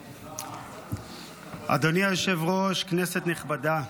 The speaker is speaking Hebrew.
אדוני היושב-ראש, כנסת נכבדה,